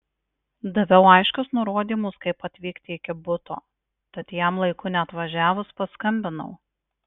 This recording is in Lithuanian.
daviau aiškius nurodymus kaip atvykti iki buto tad jam laiku neatvažiavus paskambinau